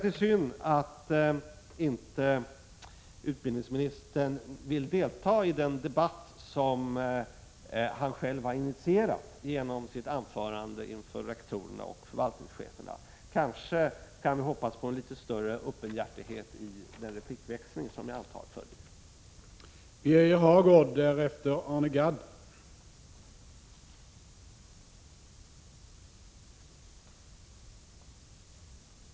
Det är synd att utbildningsministern inte vill delta i den debatt som han själv har initierat genom sitt anförande inför rektorerna och förvaltningscheferna. Kanske kan vi hoppas på en litet större öppenhjärtighet i den replikväxling som jag antar nu kommer att följa.